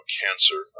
cancer